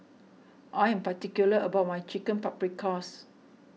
I am particular about my Chicken Paprikas